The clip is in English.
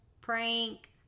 prank